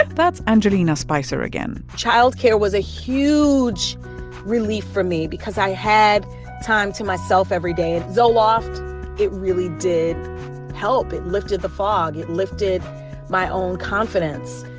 that's angelina spicer again child care was a huge relief for me because i had time to myself every day. and zoloft it really did help. it lifted the fog. it lifted my own confidence.